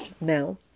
now